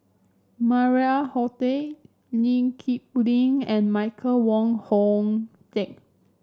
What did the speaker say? Maria Hertogh Lee Kip Lee and Michael Wong Hong Teng